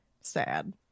Sad